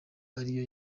ariyo